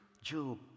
Job